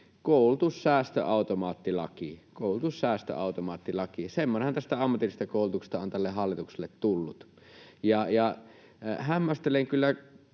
koulutussäästöautomaattilaki, semmoinenhan tästä ammatillisesta koulutuksesta on tälle hallitukselle tullut. Hämmästelen kyllä